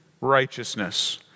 righteousness